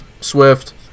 Swift